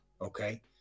okay